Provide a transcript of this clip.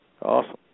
Awesome